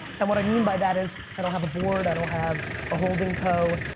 and what i mean by that is, i don't have a board, i don't have a holding co,